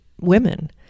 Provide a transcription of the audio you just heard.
women